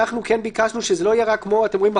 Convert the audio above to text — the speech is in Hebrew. אנחנו כן ביקשנו שזה לא ייראה אתם רואים?